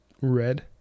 red